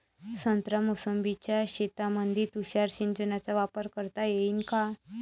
संत्रा मोसंबीच्या शेतामंदी तुषार सिंचनचा वापर करता येईन का?